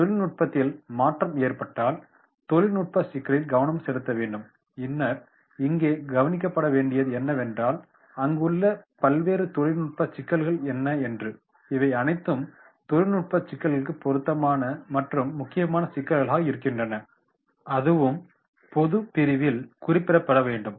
தொழில்நுட்பத்தில் மாற்றம் ஏற்பட்டால் தொழில்நுட்ப சிக்கலில் கவனம் செலுத்த வேண்டும் பின்னர் இங்கே கவனிக்கப்பட வேண்டியது என்னவென்றால் அங்குள்ள பல்வேறு தொழில்நுட்ப சிக்கல்கள் என்ன என்று இவை அனைத்தும் தொழில்நுட்ப சிக்கல்களுக்கு பொருத்தமான மற்றும் முக்கியமான சிக்கல்களாக இருக்கின்றன அதுவும் பொது பிரிவில் குறிப்பிடப்பட வேண்டும்